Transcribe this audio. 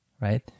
right